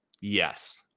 yes